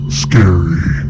scary